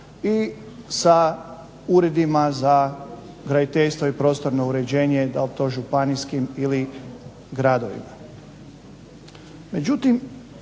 i sa uredima za graditeljstvo i prostorno uređenje da li to županijskim ili gradovima.